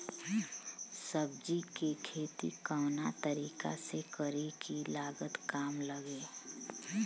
सब्जी के खेती कवना तरीका से करी की लागत काम लगे?